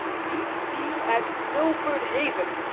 meet thee at milford haven!